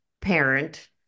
parent